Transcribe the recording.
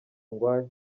ndarwaye